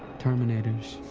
terminators.